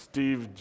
Steve